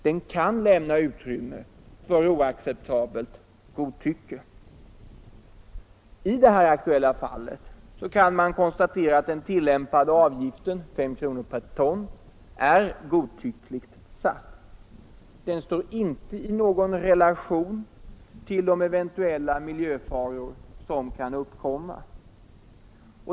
Den kan lämna utrymme för ett oacceptabelt godtycke. I det aktuella fallet kan man konstatera att den tillämpade avgiften, §S kr. per ton, är godtyckligt satt. Den står inte i någon relation till de eventuella miljöfaror som kan uppkomma.